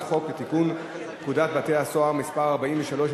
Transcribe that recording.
חוק לתיקון פקודת בתי-הסוהר (מס' 43),